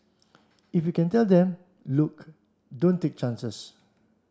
if you can tell them look don't take chances